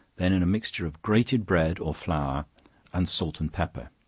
then in a mixture of grated bread, or flour and salt and pepper,